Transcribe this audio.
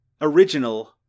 original